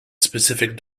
specific